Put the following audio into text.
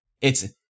it's-